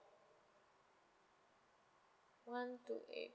one two eight